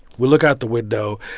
we look out the window,